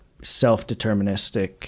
self-deterministic